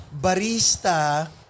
barista